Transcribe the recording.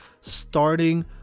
starting